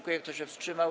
Kto się wstrzymał?